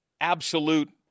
absolute